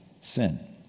sin